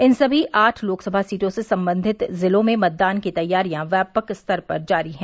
इन सभी आठ लोकसभा सीटों से संबंधित जिलों में मतदान की तैयारियां व्यापक स्तर पर जारी हैं